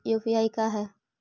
UPI का है?